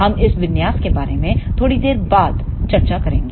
हम इस विन्यास के बारे में थोड़ी देर बाद चर्चा करेंगे